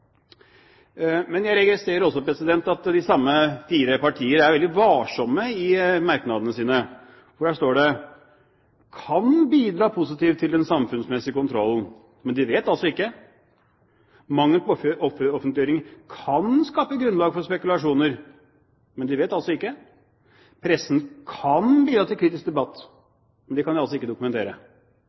Men jeg registrerer at de samme fire partier er veldig varsomme i merknadene sine, for der står det «kan bidra positivt til den samfunnsmessige kontrollen». Men de vet altså ikke. Mangel på offentliggjøring «kan skape grunnlag for spekulasjoner». Men de vet ikke. Pressen «kan bidra til kritisk debatt». Men det kan de altså ikke dokumentere.